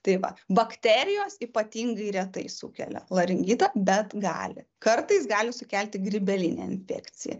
tai va bakterijos ypatingai retai sukelia laringitą bet gali kartais gali sukelti grybelinė infekcija